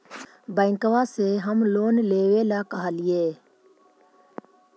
बैंकवा से हम लोन लेवेल कहलिऐ?